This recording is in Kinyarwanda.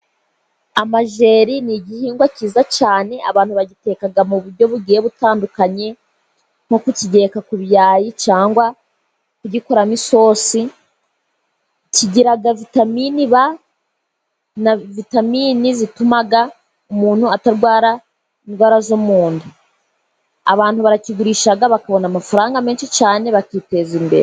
Amajeri n'igihingwa cyiza cyane abantu bagiteka mu buryo bugiye butandukanye, nko kuyagereka ku birayi cyangwa kuyakoramo isosi. Kigiraga vitaminini b na vitaminini zituma umuntu atarwara indwara zo mu nda. Abantu barakigurisha bakabona amafaranga menshi cyane bakiteza imbere.